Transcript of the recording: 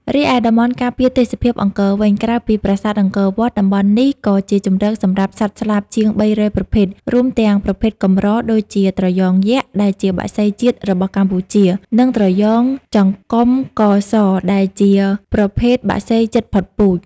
រីឯតំបន់ការពារទេសភាពអង្គរវិញ ក្រៅពីប្រាសាទអង្គរវត្ត តំបន់នេះក៏ជាជម្រកសម្រាប់សត្វស្លាបជាង ៣០០ ប្រភេទ រួមទាំងប្រភេទកម្រដូចជា ត្រយងយក្ស ដែលជាបក្សីជាតិរបស់កម្ពុជា និងត្រយងចង្កំកស ដែលជាប្រភេទបក្សីជិតផុតពូជ។